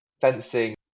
fencing